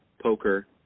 poker